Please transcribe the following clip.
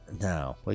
No